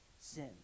sin